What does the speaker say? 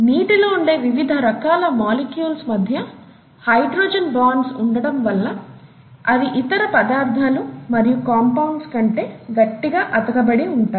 నీటిలో ఉండే వివిధ రకాల మాలిక్యూల్స్ మధ్య హైడ్రోజన్ బాండ్స్ ఉండటం వల్ల అవి ఇతర పదార్ధాలు మరియు కంపౌండ్స్ కంటే గట్టిగా అతకబడి ఉంటాయి